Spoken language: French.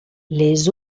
les